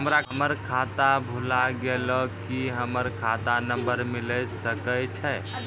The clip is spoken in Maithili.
हमर खाता भुला गेलै, की हमर खाता नंबर मिले सकय छै?